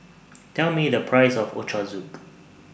Tell Me The Price of Ochazuke